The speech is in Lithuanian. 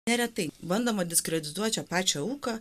neretai bandoma diskredituoti pačią auką